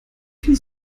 viel